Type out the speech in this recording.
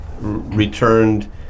returned